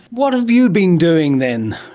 what have you been doing then,